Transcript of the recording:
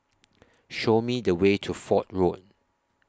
Show Me The Way to Fort Road